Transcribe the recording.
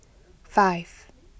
five